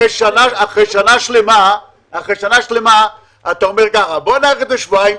אחרי שנה שלמה אתה אומר ככה: בוא נאריך בשבועיים,